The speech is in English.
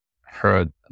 heard